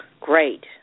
Great